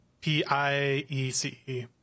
P-I-E-C-E